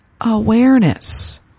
awareness